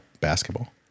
basketball